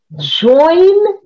join